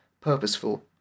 purposeful